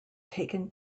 taken